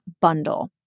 bundle